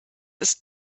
ist